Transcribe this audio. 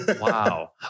Wow